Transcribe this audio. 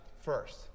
first